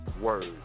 words